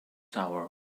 hour